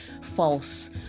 false